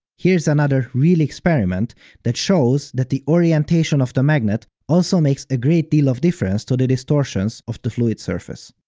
here's another another real experiment that shows that the orientation of the magnet also makes a great deal of difference to the distortions of the fluid surface.